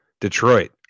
detroit